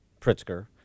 Pritzker